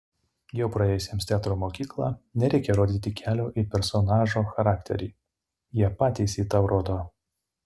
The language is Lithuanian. jau praėjusiems teatro mokyklą nereikia rodyti kelio į personažo charakterį jie patys jį tau rodo